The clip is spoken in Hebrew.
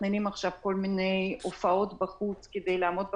מתכננים עכשיו כל מיני הופעות בחוץ כדי לעמוד בקריטריונים,